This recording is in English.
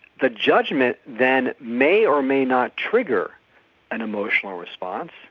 the judgement then may or may not trigger an emotional response,